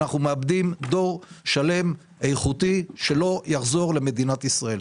אנחנו מאבדים דור שלם איכותי שלא יחזור למדינת ישראל.